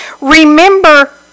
Remember